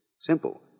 Simple